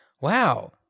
Wow